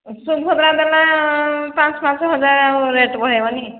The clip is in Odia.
ସୁଭଦ୍ରା ଯୋଜନା ପାଞ୍ଚ ପାଞ୍ଚ ହଜାର ରେଟ୍ ବଢ଼େଇବନି